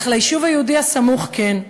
אך ליישוב היהודי הסמוך כן.